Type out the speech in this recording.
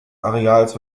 areals